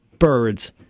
birds